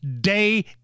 day